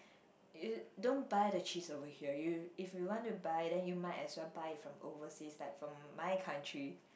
you don't buy the cheese over here yo~ if you want to buy then you might as well buy it from overseas like from my country